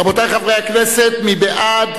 רבותי חברי הכנסת, מי בעד?